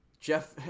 Jeff